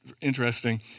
interesting